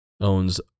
owns